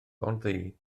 bontddu